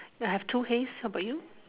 I have two hays what about you